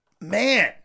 man